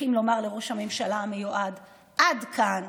צריכים לומר לראש הממשלה המיועד: עד כאן.